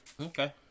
Okay